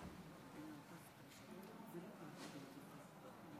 בפרט ונפגעי עבירה